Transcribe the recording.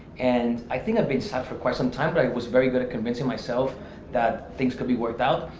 and i think i've been sad for quite some time but i was very good at convincing myself that things could be worked out.